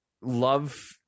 Love